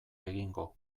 egingo